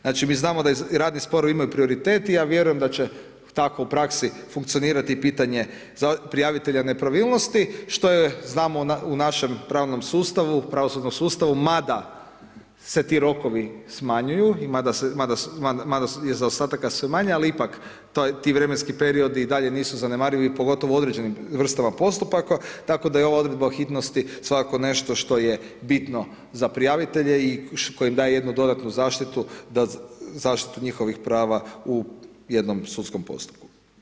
Znači mi znamo da radni sporovi imaju prioritet i ja vjerujem da će tako u praksi funkcionirati i pitanje prijavitelja nepravilnosti što je znamo u našem pravnom sustavu, pravosudnom sustavu mada se ti rokovi smanjuju i mada je zaostataka sve manje ali ipak ti vremenski periodi i dalje nisu zanemarivi pogotovo u određenim vrstama postupaka tako da je ova odredba o hitnosti svakako nešto što je bitno za prijavitelje i koje im daje jednu dodatnu zaštitu, zaštitu njihovih prava u jednom sudskom postupku.